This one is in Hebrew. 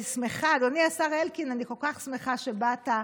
אדוני השר אלקין, אני כל כך שמחה שבאת.